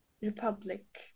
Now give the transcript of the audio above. republic